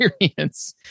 experience